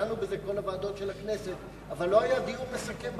דנו בזה כל הוועדות של הכנסת אבל לא היה דיון מסכם במליאה.